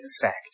effect